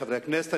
חברי הכנסת,